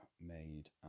made